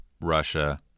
Russia